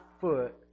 foot